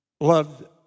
loved